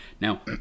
Now